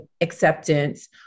acceptance